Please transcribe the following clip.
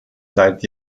seit